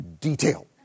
detail